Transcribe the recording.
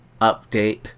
Update